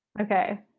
Okay